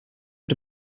mit